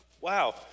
wow